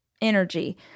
energy